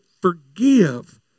forgive